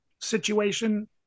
situation